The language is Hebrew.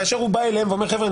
כאשר הוא בא אליהם ואומר: חבר'ה,